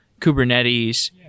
Kubernetes